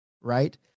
right